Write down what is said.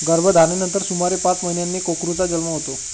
गर्भधारणेनंतर सुमारे पाच महिन्यांनी कोकरूचा जन्म होतो